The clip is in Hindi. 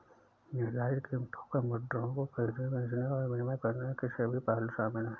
निर्धारित कीमतों पर मुद्राओं को खरीदने, बेचने और विनिमय करने के सभी पहलू शामिल हैं